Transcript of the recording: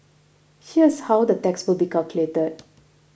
here's how the tax will be calculated